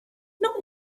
not